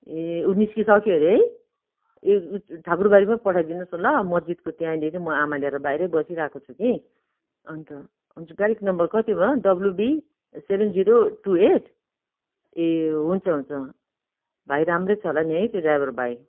ए ऊ निस्कि सक्यो अरे है ए ठाकुर बारीमा पठाइदिनोस् न ल मजिदको त्यहाँनिर म आमा लिएर बाहिरै बसिरहेको छु कि अन्त हुन्छ गाडीको नम्बर कति भयो W B seven zero two eight ए हुन्छ हुन्छ भाइ राम्रै छ होला नि है त्यो ड्राइभर भाइ